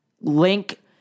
link